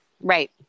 Right